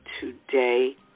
today